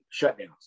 shutdowns